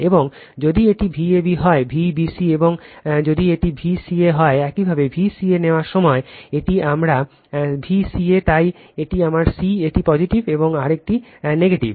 এবং যদি এটি Vab হয় Vbc এবং যদি এটি Vca হয় একইভাবে Vca নেওয়ার সময় এটি আমার Vca তাই এটি আমার c এটি পজিটিভ এবং আরেকটি দিক নেগেটিভ